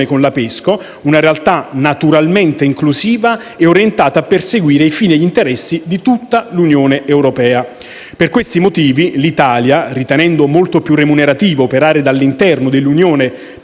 con la PESCO, una realtà naturalmente inclusiva e orientata a perseguire i fini e gli interessi di tutta l'Unione europea. Per questi motivi l'Italia, ritenendo molto più remunerativo operare dall'interno dell'Unione per